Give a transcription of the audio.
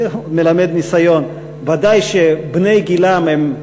זה מלמד ניסיון, ודאי שבני גילם הם,